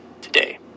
today